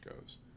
goes